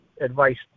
advice